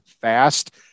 fast